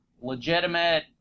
legitimate